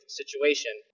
situation